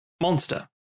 monster